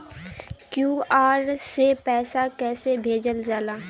QR से पैसा कैसे भेजल जाला?